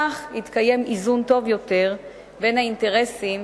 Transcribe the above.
כך יתקיים איזון טוב יותר בין האינטרסים